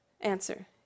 Answer